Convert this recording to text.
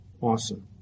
Awesome